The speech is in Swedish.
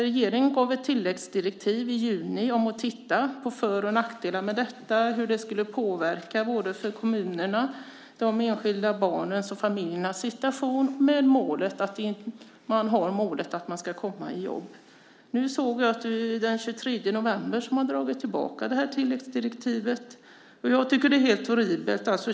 Regeringen gav ett tilläggsdirektiv i juni om att titta på för och nackdelar med detta och hur påverkan skulle bli för kommunerna och för de enskilda barnens och familjernas situation med målet att man ska komma i jobb. Nu såg jag att man den 23 november har dragit tillbaka det här tilläggsdirektivet. Jag tycker att det är helt horribelt.